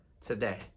today